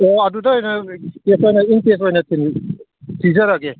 ꯑꯣ ꯑꯗꯨꯗ ꯑꯣꯏꯅ ꯀꯦꯁ ꯑꯣꯏꯅ ꯏꯟ ꯀꯦꯁ ꯑꯣꯏꯅ ꯄꯤꯖꯔꯒꯦ